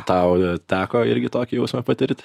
tau teko irgi tokį jausmą patirt